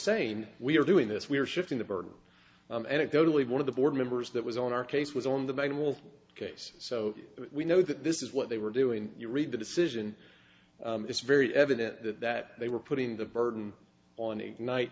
saying we are doing this we are shifting the burden anecdotally one of the board members that was on our case was on the middle case so we know that this is what they were doing you read the decision it's very evident that that they were putting the burden on a ni